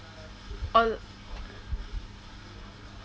or